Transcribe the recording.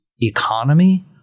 economy